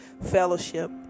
fellowship